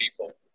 people